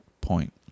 point